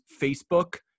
Facebook